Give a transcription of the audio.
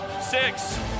six